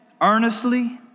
earnestly